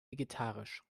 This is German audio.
vegetarisch